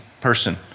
person